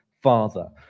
Father